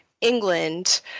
England